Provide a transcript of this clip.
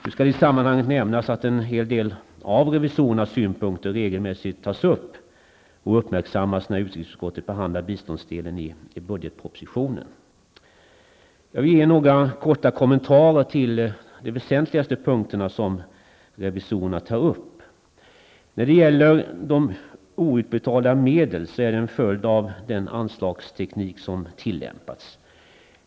Det skall nämnas i sammanhanget att en hel del av revisorerna synpunkter tas regelmässigt upp och uppmärksammas när utrikesutskottet behandlar biståndsdelen i budgetpropositionen. Jag vill ge några korta kommentarer till de väsentligaste punkterna som revisorerna tar upp. De outbetalda medlen är en följd av den anslagsteknik som tillämpas.